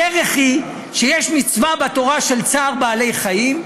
הדרך היא שיש מצווה בתורה של צער בעלי חיים.